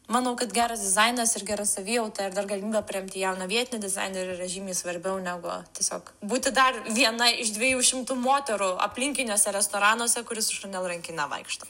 manau kad geras dizainas ir gera savijauta ir dar galimybė paremti jauną vietinį dizainerį yra žymiai svarbiau negu tiesiog būti dar viena iš dviejų šimtų moterų aplinkiniuose restoranuose kuri su šanel rankine vaikšto